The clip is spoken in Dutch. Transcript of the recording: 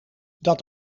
dat